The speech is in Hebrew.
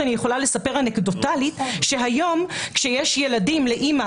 אני יכולה לספר שהיום ילדים לאימא